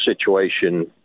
situation